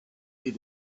you